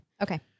Okay